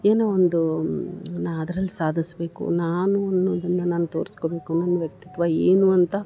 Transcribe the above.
ಏನೋ ಒಂದು ನಾ ಅದ್ರಲ್ಲಿ ಸಾಧಿಸ್ಬೇಕು ನಾನು ಅನ್ನೂದನ್ನ ನಾನು ತೋರಿಸ್ಕೊಬೇಕು ನನ್ನ ವ್ಯಕ್ತಿತ್ವ ಏನು ಅಂತ